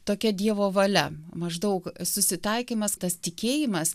tokia dievo valia maždaug susitaikymas tas tikėjimas